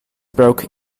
broke